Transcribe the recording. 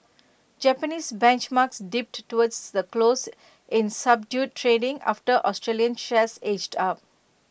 Japanese benchmarks dipped toward the close in subdued trading after Australian shares edged up